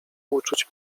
uczuć